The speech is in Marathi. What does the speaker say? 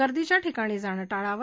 गर्दीच्या ठिकाणी जाणं टाळावं